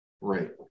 Right